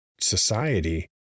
society